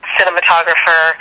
cinematographer